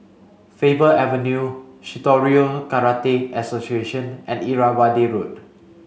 Faber Avenue Shitoryu Karate Association and Irrawaddy Road